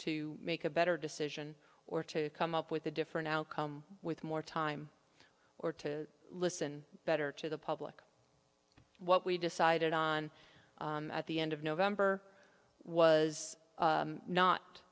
to make a better decision or to come up with a different outcome with more time or to listen better to the public what we decided on at the end of november was